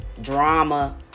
drama